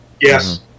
Yes